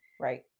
Right